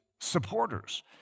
supporters